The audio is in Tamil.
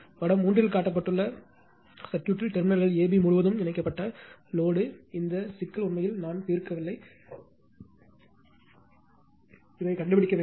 படம் 3 இல் காட்டப்பட்டுள்ள பிணையத்தில் டெர்மினல்கள் AB முழுவதும் இணைக்கப்பட்ட லோடு இந்த சிக்கல் உண்மையில் நான் தீர்க்கவில்லை இதை கண்டுபிடிக்க வேண்டும்